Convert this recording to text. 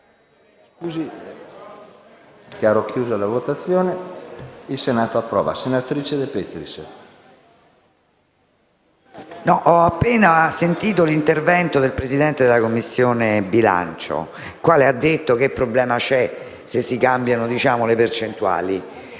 ho appena ascoltato l’intervento del Presidente della Commissione bilancio, il quale ha detto che non c’è problema se si cambiano le percentuali.